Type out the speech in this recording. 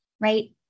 Right